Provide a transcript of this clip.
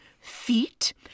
feet